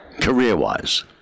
career-wise